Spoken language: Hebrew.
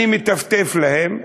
אני מטפטף להם,